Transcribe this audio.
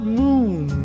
moon